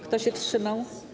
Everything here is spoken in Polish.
Kto się wstrzymał?